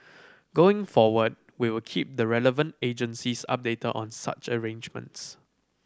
going forward we will keep the relevant agencies updated on such arrangements